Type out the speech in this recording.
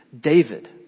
David